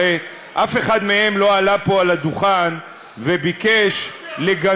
הרי אף אחד מהם לא עלה פה על הדוכן וביקש לגנות,